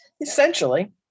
essentially